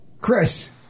Chris